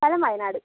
സ്ഥലം വയനാട്